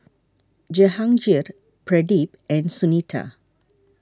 Jehangirr Pradip and Sunita